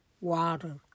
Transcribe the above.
water